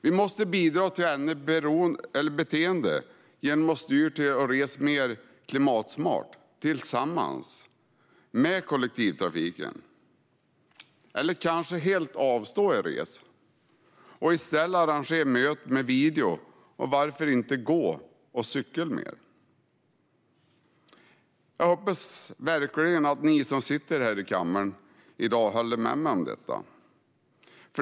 Vi måste bidra till ändrade beteenden genom att styra till att resa mer klimatsmart tillsammans med kollektivtrafiken, eller kanske helt avstå en resa och i stället arrangera möte med video och varför inte gå och cykla mer. Jag hoppas verkligen att ni som sitter här i kammaren i dag håller med mig om detta.